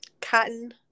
cotton